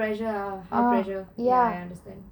pressure pressure ah ya I understand